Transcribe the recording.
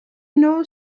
know